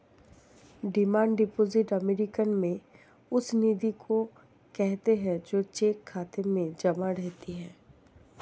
demand deposit American में उस निधि को कहते हैं जो चेक खाता में जमा रहती है